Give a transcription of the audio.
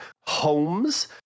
homes